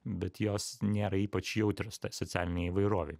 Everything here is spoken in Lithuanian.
bet jos nėra ypač jautrios socialinei įvairovei